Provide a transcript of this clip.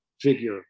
figure